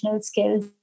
skills